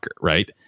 right